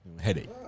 Headache